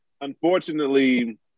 unfortunately